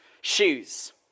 Shoes